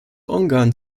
ungarn